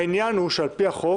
העניין הוא שעל פי החוק